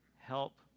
help